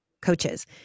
coaches